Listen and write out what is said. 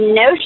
no